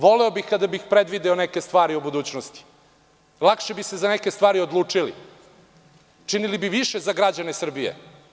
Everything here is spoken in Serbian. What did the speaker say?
Voleo bih kada bih predvideo neke stvari u budućnosti, lakše bi se za neke stvari odlučili i činili bi više za građane Srbije.